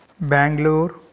Bangalore